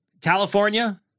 California